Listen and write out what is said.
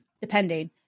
Depending